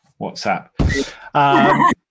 WhatsApp